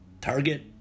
Target